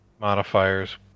modifiers